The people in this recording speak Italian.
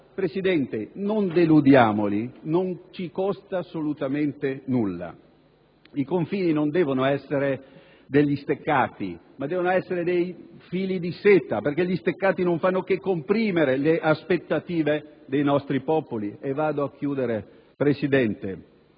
Presidente, non deludiamoli, non ci costa assolutamente nulla. I confini non devono essere degli steccati, ma dei fili di seta perché gli steccati non fanno che comprimere le aspettative dei nostri popoli. Il Paese, in